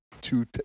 two